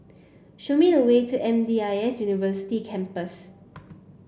show me the way to M D I S University Campus